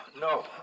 No